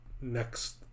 Next